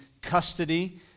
custody